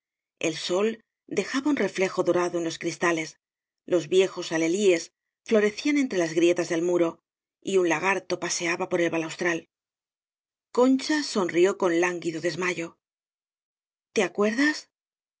el sol dejaba un reflejo dorado en los cris tales los viejos alelíes florecían entre las grietas del muro y un lagarto paseaba por el balaustral concha sonrió con lánguido desmayo